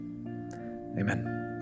Amen